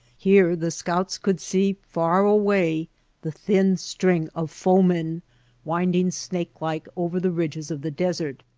here the scouts could see far away the thin string of foemen winding snake-like over the ridges of the desert,